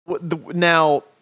now